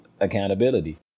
accountability